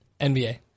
NBA